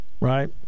right